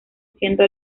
siendo